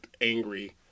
angry